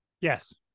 Yes